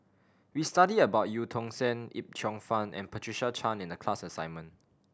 we studied about Eu Tong Sen Yip Cheong Fun and Patricia Chan in the class assignment